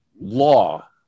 law